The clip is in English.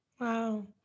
Wow